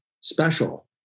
special